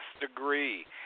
degree